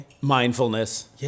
mindfulness